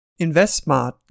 InvestSmart